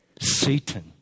Satan